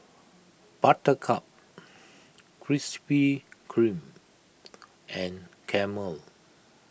Buttercup Krispy Kreme and Camel